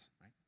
right